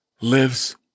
lives